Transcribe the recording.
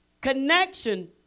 connection